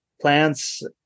plants